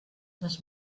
les